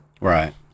Right